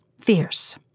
fierce